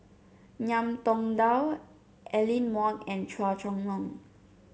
Ngiam Tong Dow Aline Wong and Chua Chong Long